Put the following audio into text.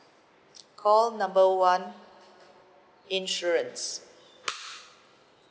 call number one insurance